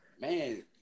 Man